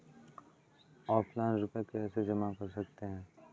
Offline रुपये कैसे जमा कर सकते हैं?